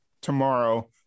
tomorrow